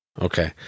Okay